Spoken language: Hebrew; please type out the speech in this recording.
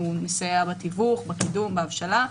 אנחנו נסייע בתיווך, בקידום, בהבשלה.